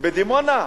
בדימונה?